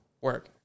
Work